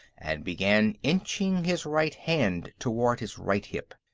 and began inching his right hand toward his right hip,